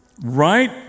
right